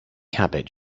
cabbage